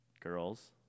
Girls